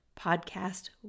podcast